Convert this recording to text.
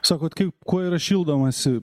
sakot kaip kuo yra šildomasi